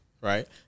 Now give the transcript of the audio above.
right